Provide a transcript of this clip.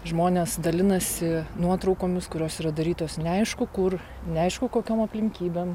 žmonės dalinasi nuotraukomis kurios yra darytos neaišku kur neaišku kokiom aplinkybėm